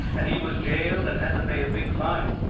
and he was jailed and had to pay a big fine.